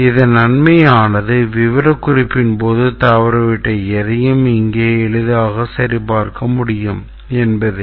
இதன் நன்மை ஆனது விவரக்குறிப்பின் போது தவறவிட்ட எதையும் இங்கே எளிதாக சரிபார்க்க முடியும் என்பதே